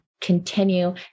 continue